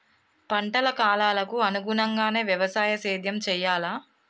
పంటల కాలాలకు అనుగుణంగానే వ్యవసాయ సేద్యం చెయ్యాలా?